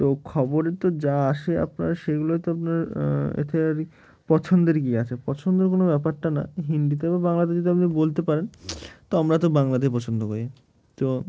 তো খবর তো যা আসে আপনার সেগুলো তো আপনার এতে আর পছন্দের কী আছে পছন্দের কোনো ব্যাপারটা না হিন্দিতে বা বাংলাতে যদি আপনি বলতে পারেন তো আমরা তো বাংলাতেই পছন্দ করি তো